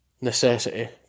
necessity